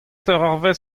eurvezh